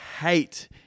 hate